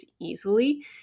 easily